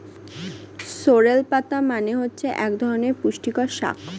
sorrel পাতা মানে হচ্ছে এক ধরনের পুষ্টিকর শাক